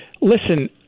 listen